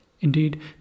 Indeed